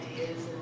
ideas